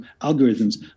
algorithms